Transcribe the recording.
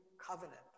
covenant